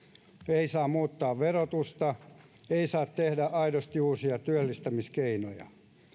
ei saa muuttaa verotusta ei saa tehdä aidosti uusia työllistämiskeinoja